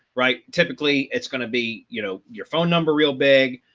right? typically, it's going to be you know, your phone number real big,